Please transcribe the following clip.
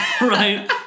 right